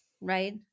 right